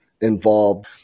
involved